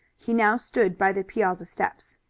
he now stood by the piazza steps.